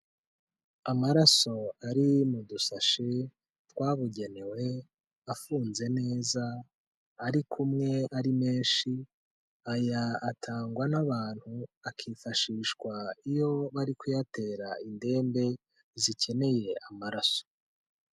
Amaraso ari mu dusashe twabugenewe afunze neza ari kumwe ari menshi, aya atangwa n'abantu akifashishwa iyo bari kuyatera indembe zikeneye amaraso.